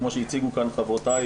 כמו שהציגו כאן חברותיי,